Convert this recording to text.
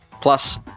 plus